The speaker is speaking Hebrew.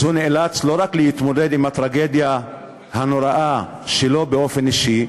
אז הוא נאלץ לא רק להתמודד עם הטרגדיה הנוראה שלו באופן אישי,